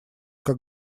как